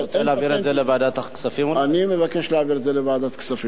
אתה רוצה להעביר את זה לוועדת הכספים?